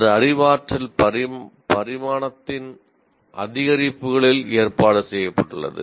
இது அறிவாற்றல் பரிமாணத்தின் அதிகரிப்புகளில் ஏற்பாடு செய்யப்பட்டுள்ளது